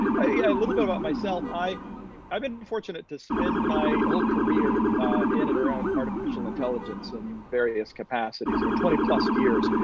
a little bit about myself. i've been fortunate to spend my whole career in and around artificial intelligence in various capacities. you know twenty plus years.